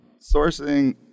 sourcing